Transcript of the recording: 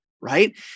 right